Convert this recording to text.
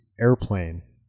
airplane